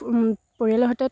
পৰিয়ালৰ সৈতে